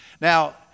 Now